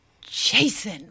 Jason